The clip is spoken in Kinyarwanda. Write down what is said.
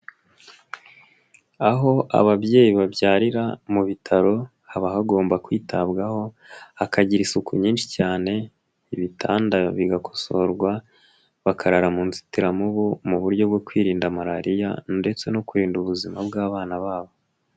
Aho ababyeyi babyarira mu bitaro haba hagomba kwitabwaho hakagira isuku nyinshi cyane, ibitanda bigakosorwa bakarara mu nzitiramubu mu buryo bwo kwirinda marariya ndetse no kurinda ubuzima bw'abana babo.